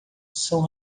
são